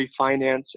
refinance